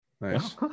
Nice